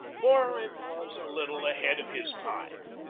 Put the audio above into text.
for it was a little ahead of his time.